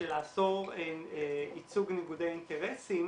של לאסור ייצוג ניגודי אינטרסים